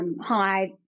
Hi